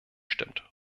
stimmt